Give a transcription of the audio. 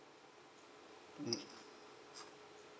mm